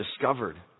discovered